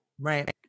right